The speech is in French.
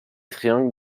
triangle